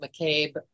McCabe